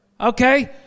Okay